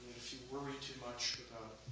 if you worry too much